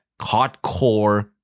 hardcore